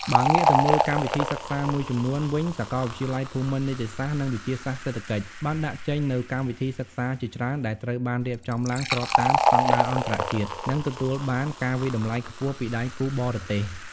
បើងាកទៅមើកម្មវិធីសិក្សាមួយចំំនួនវិញសាកលវិទ្យាល័យភូមិន្ទនីតិសាស្ត្រ និងវិទ្យាសាស្ត្រសេដ្ឋកិច្ច បានដាក់ចេញនូវកម្មវិធីសិក្សាជាច្រើនដែលត្រូវបានរៀបចំឡើងស្របតាមស្តង់ដារអន្តរជាតិ និងទទួលបានការវាយតម្លៃខ្ពស់ពីដៃគូបរទេស។